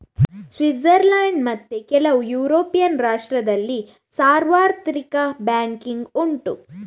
Switzerland ಮತ್ತೆ ಕೆಲವು European ರಾಷ್ಟ್ರದಲ್ಲಿ ಸಾರ್ವತ್ರಿಕ ಬ್ಯಾಂಕಿಂಗ್ ಉಂಟು